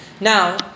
Now